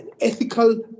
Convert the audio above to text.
ethical